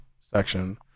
section